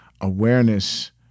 awareness